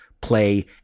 play